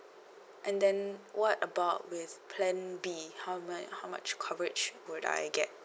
and then what about with plan B how much how much coverage would I get